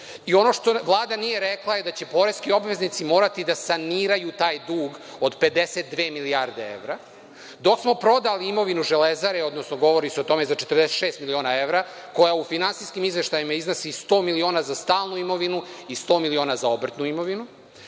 ono što Vlada nije rekla jeste da će poreski obveznici moraju da saniraju taj dug od 52 milijarde evra. Dok smo prodali imovinu „Železare“, odnosno govori se o tome za 46 miliona evra, koja u finansijskim izveštajima iznosi 100 miliona za stalnu imovinu, a 100 miliona za obrtnu imovinu.